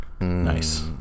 Nice